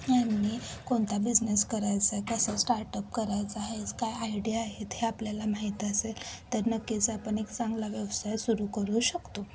आणि कोणता बिझनेस करायचा आहे कसं स्टार्टअप करायचा आहे काय आयडिया आहेत हे आपल्याला माहीत असेल तर नक्कीच आपण एक चांगला व्यवसाय सुरू करू शकतो